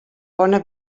bona